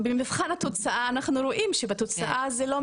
במבחן התוצאה, אנחנו רואים שבתוצאה זה לא.